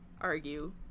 argue